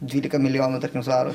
dvylika milijonų tarkim svarų